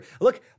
Look